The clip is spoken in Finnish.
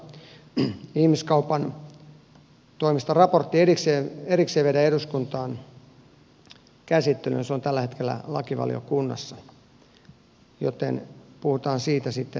toki tiedän sen että meille on tulossa ihmiskaupasta raportti erikseen vielä eduskuntaan käsittelyyn se on tällä hetkellä lakivaliokunnassa joten puhutaan siitä sitten myöhemmin lisää